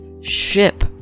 ship